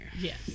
Yes